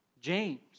James